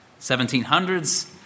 1700s